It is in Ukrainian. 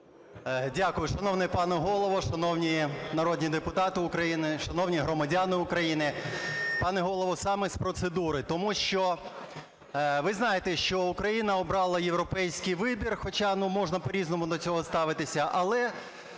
Дякую. Шановний пане Голово! Шановні народні депутати України! Шановні громадяни України! Пане Голово, саме з процедури. Ви знаєте, що Україна обрала європейський вибір, хоча, ну, можна по-різному до цього ставитися. Але